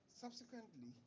Subsequently